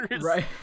Right